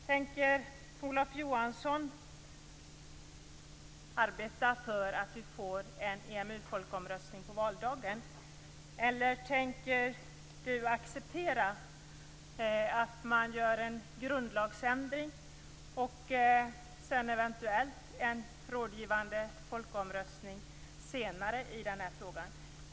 Tänker Olof Johansson arbeta för att vi får en EMU folkomröstning på valdagen eller tänker Olof Johansson acceptera en grundlagsändring och eventuellt en rådgivande folkomröstning i frågan?